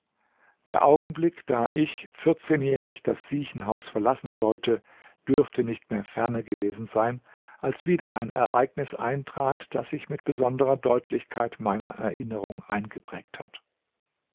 der augenblick da ich vierzehnjährig das siechenhaus verlassen sollte dürfte nicht mehr ferne gewesen sein als wieder ein ereignis eintrat das sich mit besonderer deutlichkeit meiner erinnerung eingeprägt hat